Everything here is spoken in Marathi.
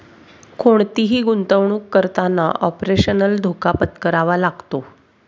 कोणतीही गुंतवणुक करताना ऑपरेशनल धोका पत्करावा लागतो